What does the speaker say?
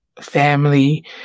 family